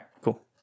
cool